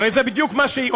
הרי זה בדיוק מה שהיא,